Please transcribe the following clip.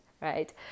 Right